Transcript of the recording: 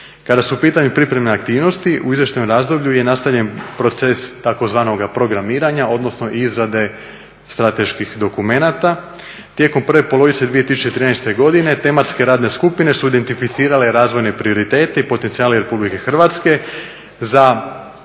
Kada su u pitanju pripremne aktivnosti u izvještajnom razdoblju je nastavljen proces tzv. programiranja odnosno izrade strateških dokumenata. Tijekom prve polovice 2013. godine tematske radne skupine su identificirale razvojne prioritete i potencijale Republike Hrvatske za